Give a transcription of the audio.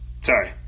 Sorry